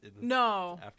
No